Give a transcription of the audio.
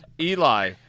Eli